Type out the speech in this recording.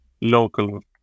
local